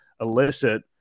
elicit